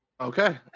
Okay